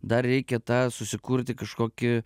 dar reikia tą susikurti kažkokį